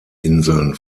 inseln